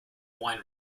wine